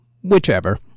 whichever